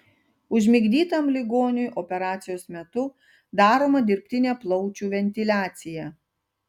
užmigdytam ligoniui operacijos metu daroma dirbtinė plaučių ventiliacija